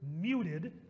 muted